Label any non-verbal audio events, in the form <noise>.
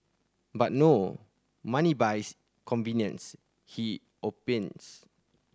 but no money buys convenience he <unintelligible>